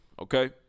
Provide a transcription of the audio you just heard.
Okay